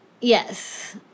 Yes